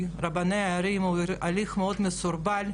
של רבני ערים הוא הליך מאוד מסורבל,